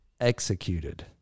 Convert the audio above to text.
executed